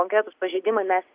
konkretūs pažeidimai mes